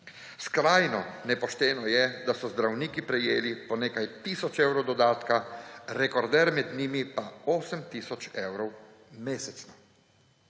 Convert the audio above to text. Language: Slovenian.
Skrajno nepošteno je, da so zdravniki prejeli po nekaj tisoč evrov dodatka, rekorder med njimi pa 8 tisoč evrov mesečno.